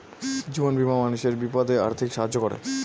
জীবন বীমা মানুষের বিপদে আর্থিক সাহায্য করে